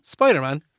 Spider-Man